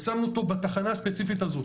ושמנו אותו בתחנה הספציפית הזו,